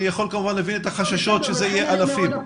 אני יכול כמובן להבין את החששות שזה יהיה אלפים.